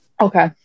Okay